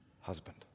husband